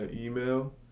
email